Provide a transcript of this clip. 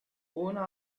owner